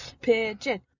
Pigeon